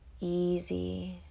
easy